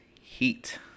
Heat